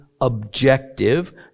objective